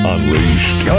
Unleashed